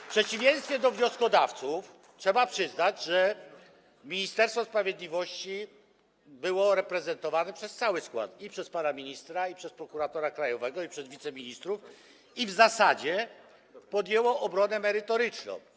W przeciwieństwie do wnioskodawców trzeba przyznać, że Ministerstwo Sprawiedliwości było reprezentowane przez cały skład, i przez pana ministra, i przez prokuratora krajowego, i przez wiceministrów, i w zasadzie podjęło obronę merytoryczną.